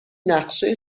نقشه